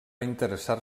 interessar